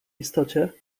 istocie